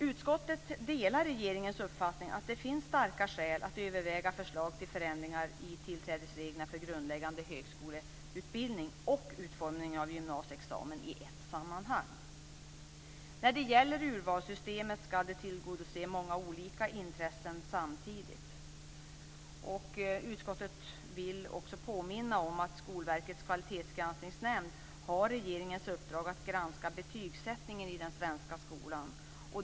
Utskottet delar regeringens uppfattning att det finns starka skäl att överväga förslag till förändringar i tillträdesreglerna för grundläggande högskoleutbildning och utformningen av en gymnasieexamen i ett sammanhang. Urvalssystemet ska tillgodose många olika intressen samtidigt. Utskottet vill också påminna om att Skolverkets kvalitetsgranskningsnämnd har regeringens uppdrag att granska betygssättningen i den svenska skolan.